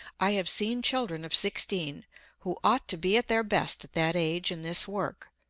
i have seen children of sixteen who ought to be at their best at that age in this work,